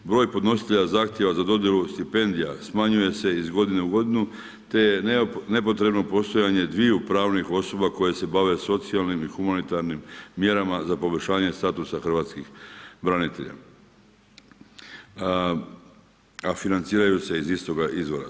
Broj podnositelja zahtjeva za dodjelu stipendija, smanjuje se iz godine u godinu, te je nepotrebno postojanje dviju pravnih osoba koje se bave socijalnim i humanitarnim mjerama za poboljšanje statusa hrvatskih branitelja, a financiraju se iz istoga izvora.